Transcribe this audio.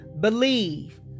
believe